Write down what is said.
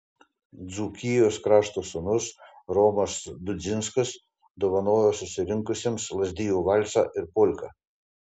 dzūkijos krašto sūnus romas dudzinskas dovanojo susirinkusiems lazdijų valsą ir polką